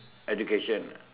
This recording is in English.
education